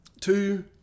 two